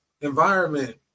environment